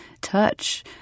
touch